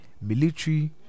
military